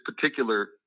particular